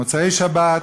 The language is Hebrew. מוצאי-שבת,